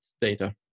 data